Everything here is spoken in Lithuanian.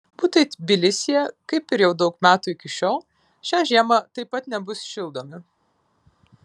butai tbilisyje kaip ir jau daug metų iki šiol šią žiemą taip pat nebus šildomi